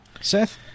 Seth